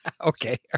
okay